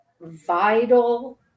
vital